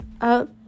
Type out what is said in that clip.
up